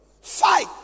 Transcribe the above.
Fight